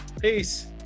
peace